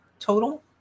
Total